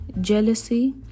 jealousy